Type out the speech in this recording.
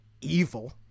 evil